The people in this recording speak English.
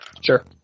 Sure